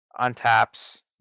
untaps